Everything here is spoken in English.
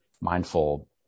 mindful